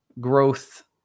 growth